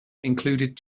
included